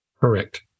Correct